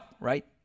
right